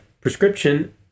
prescription